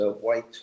white